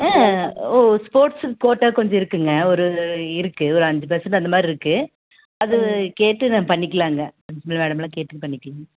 ஆ ஓ ஸ்போர்ட்ஸுக்கு கோட்டா கொஞ்சம் இருக்குங்க ஒரு இருக்குது ஒரு அஞ்சு பர்சன்ட் அந்தமாதிரி இருக்குது அது கேட்டு நம்ம பண்ணிக்கலாங்க கேட்டு பண்ணிக்கலாங்க